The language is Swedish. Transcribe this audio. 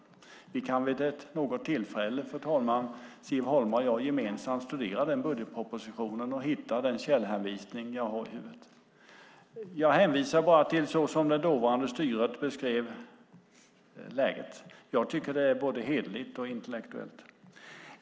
Siv Holma och jag kan vid något tillfälle gemensamt studera den budgetpropositionen och hitta den källhänvisning jag har i huvudet. Jag hänvisar bara till hur det dåvarande styret beskrev läget. Jag tycker att det är både hederligt och intellektuellt. Fru talman!